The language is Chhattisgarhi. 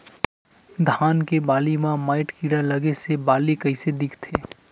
धान के बालि म माईट कीड़ा लगे से बालि कइसे दिखथे?